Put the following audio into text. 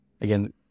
again